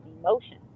emotion